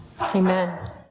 Amen